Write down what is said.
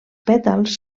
pètals